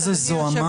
איזו זוהמה.